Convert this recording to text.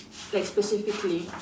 like specifically